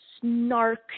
snark